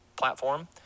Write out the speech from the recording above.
platform